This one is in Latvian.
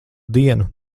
dienu